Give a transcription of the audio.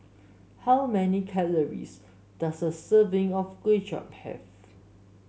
how many calories does a serving of Kuay Chap have